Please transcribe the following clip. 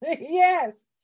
Yes